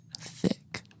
thick